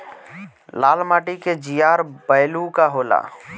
लाल माटी के जीआर बैलू का होला?